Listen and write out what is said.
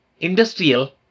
Industrial